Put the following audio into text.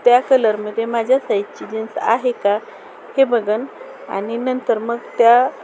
त्या कलरमध्ये माझ्या साईजची जीन्स आहे का हे बघेन आणि नंतर मग त्या